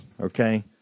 okay